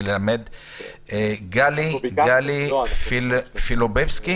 גלי פילובסקי